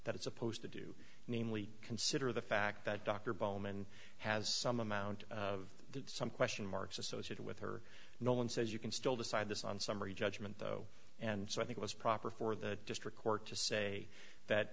that it's supposed to do namely consider the fact that dr bowman has some amount of some question marks associated with her no one says you can still decide this on summary judgment and so i think it was proper for the district court to say that